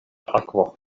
akvo